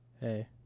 Hey